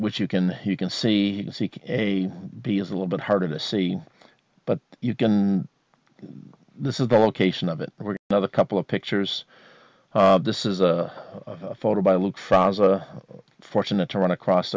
which you can he can see a b is a little bit harder to see but you can this is the location of it were another couple of pictures this is a photo by luke from fortunate to run across